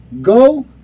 go